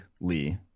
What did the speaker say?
Lee